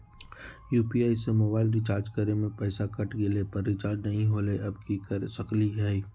UPI से mobile recharge करे में पैसा कट गेलई, पर रिचार्ज नई होलई, अब की कर सकली हई?